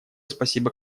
спасибо